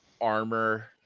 armor